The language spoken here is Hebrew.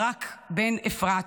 ברק בן אילנית,